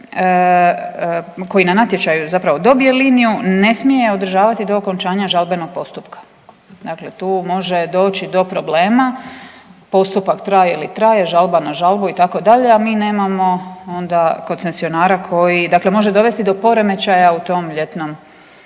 koji na natječaju zapravo dobije liniju ne smije je održavati do okončanja žalbenog postupka. Dakle, tu može doći do problema, postupak traje li traje, žalba na žalbu itd., a mi nemamo onda koncesionara koji, dakle može dovesti do poremećaja u tom ljetnom,